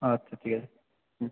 আচ্ছা ঠিক আছে হুম